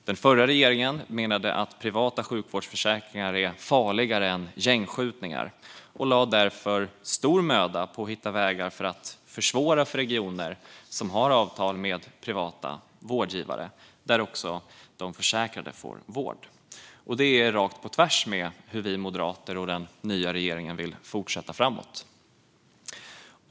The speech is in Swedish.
Den förra regeringen menade att privata sjukvårdsförsäkringar är farligare än gängskjutningar och lade därför stor möda på att hitta vägar att försvåra för regioner som har avtal med privata vårdgivare, där de försäkrade får vård. Det går rakt på tvärs mot hur vi moderater och den nya regeringen vill fortsätta framöver.